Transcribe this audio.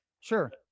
Sure